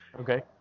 Okay